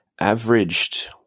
averaged